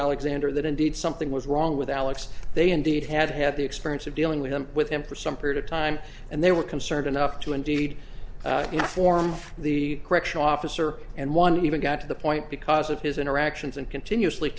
alexander that indeed something was wrong with alex they indeed had had the experience of dealing with him with him for some period of time and they were concerned enough to indeed inform the correctional officer and one even got to the point because of his interactions and continuously